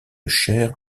chaire